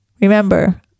Remember